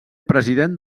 president